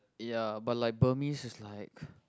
ya but like Burmese is like